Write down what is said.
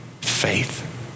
faith